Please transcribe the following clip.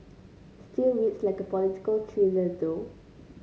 still reads like a political thriller though